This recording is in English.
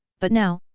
but now,